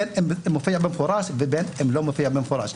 בין אם הוא מופיע במפורש ובין אם הוא לא מופיע במפורש.